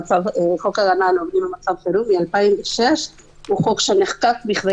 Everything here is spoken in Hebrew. חוק ההגנה על עובדים במצב חירום מ-2006 הוא חוק שנחקק כדי